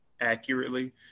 accurately